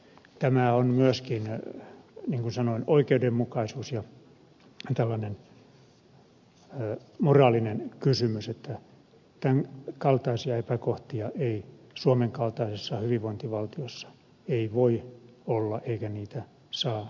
tämä on myöskin niin kuin sanoin oikeudenmukaisuus ja tällainen moraalinen kysymys että tämän kaltaisia epäkohtia suomen kaltaisessa hyvinvointivaltiossa ei voi eikä saa olla